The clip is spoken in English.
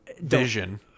Vision